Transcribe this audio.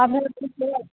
आरो